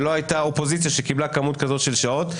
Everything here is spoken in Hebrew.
שלא הייתה אופוזיציה שקיבלה כמות כזו של שעות.